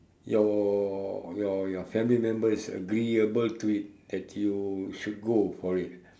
your your your family members agreeable to it that you should go for it